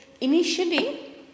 initially